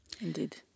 Indeed